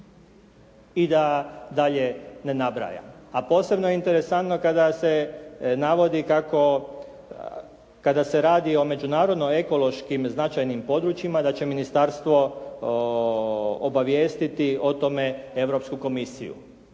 i da dalje ne nabrajam. A posebno je interesantno kada se navodi kako, kada se radi o međunarodno ekološkim značajnim područjima da će ministarstvo obavijestiti o tome Europsku komisiju.